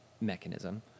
mechanism